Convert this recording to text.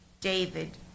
David